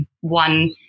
one